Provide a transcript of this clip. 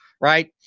right